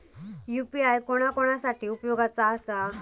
UPI कोणा कोणा साठी उपयोगाचा आसा?